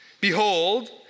behold